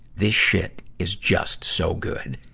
this shit is just so good.